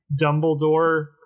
Dumbledore